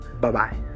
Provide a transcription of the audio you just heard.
bye-bye